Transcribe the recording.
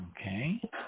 Okay